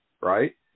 right